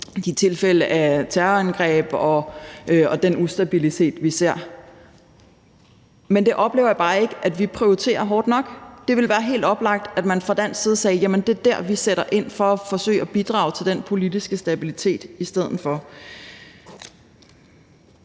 de tilfælde af terrorangreb og den ustabilitet, vi ser. Men det oplever jeg bare ikke vi prioriterer hårdt nok. Det ville være helt oplagt, at man fra dansk side i stedet for sagde, at det er der, vi sætter ind for at forsøge at bidrage til den politiske stabilitet. Der